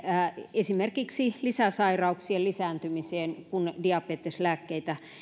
esimerkiksi lisäsairauksien lisääntymiseen kun diabeteslääkkeitä